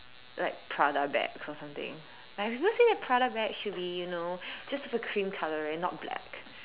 like Prada bags or something like have you seen a Prada bags should be you know just for a cream colour and not black